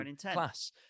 class